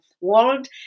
world